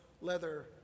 leather